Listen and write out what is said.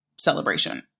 celebration